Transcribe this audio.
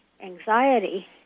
anxiety